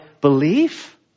belief